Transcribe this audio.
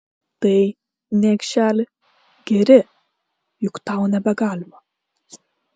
tai niekšeli geri juk tau nebegalima